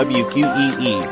wqee